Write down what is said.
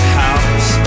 house